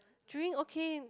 drink okay